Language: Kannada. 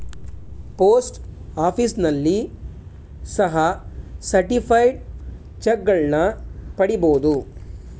ಪೋಸ್ಟ್ ಆಫೀಸ್ನಲ್ಲಿ ಸಹ ಸರ್ಟಿಫೈಡ್ ಚಕ್ಗಳನ್ನ ಪಡಿಬೋದು